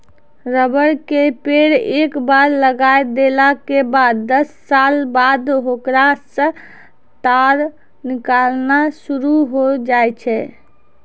rubber के पेड़ एक बार लगाय देला के बाद दस साल बाद होकरा सॅ टार निकालना शुरू होय जाय छै